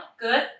good